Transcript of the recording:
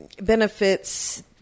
benefits